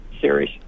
series